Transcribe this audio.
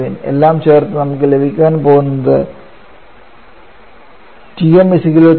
എല്ലാം ചേർത്ത് നമുക്ക് ലഭിക്കാൻ പോകുന്നത് Tm 32